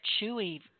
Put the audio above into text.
Chewy –